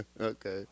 Okay